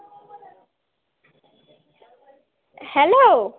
hello